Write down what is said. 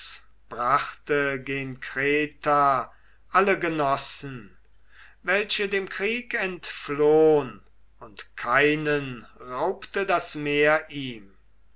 brachte gen kreta alle genossen welche dem krieg entflohn und keinen raubte das meer ihm